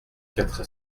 quatre